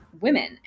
women